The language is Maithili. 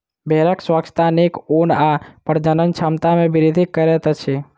भेड़क स्वच्छता नीक ऊन आ प्रजनन क्षमता में वृद्धि करैत अछि